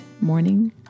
morning